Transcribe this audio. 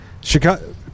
Chicago –